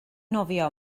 nofio